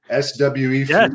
SWE